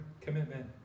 commitment